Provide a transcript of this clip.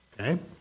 okay